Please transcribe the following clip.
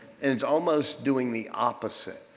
and it's almost doing the opposite.